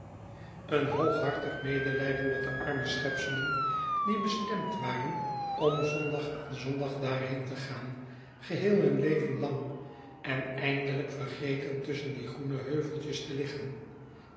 een hooghartig medelijden met de arme schepselen die bestemd waren om zondagaan zondag daarheen te gaan geheel hun leven lang en eindelijk vergeten tusschen diegroene heuveltjes te liggen